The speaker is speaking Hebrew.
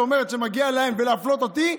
שאומרת שמגיע להם ולהפלות אותי,